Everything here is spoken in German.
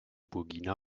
burkina